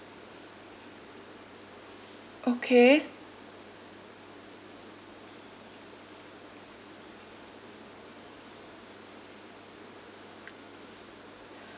okay